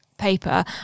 Paper